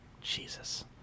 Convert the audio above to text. Jesus